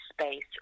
space